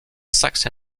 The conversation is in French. saxe